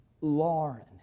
Lauren